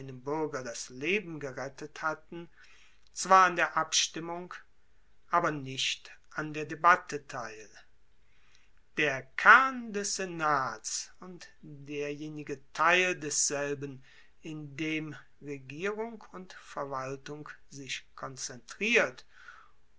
buerger das leben gerettet hatten zwar an der abstimmung aber nicht an der debatte teil der kern des senats und derjenige teil desselben in dem regierung und verwaltung sich konzentriert